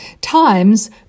Times